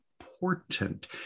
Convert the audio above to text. important